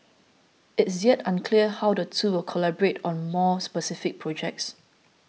it's yet unclear how the two will collaborate on more specific projects